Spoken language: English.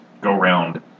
go-round